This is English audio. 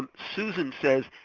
ah susan says,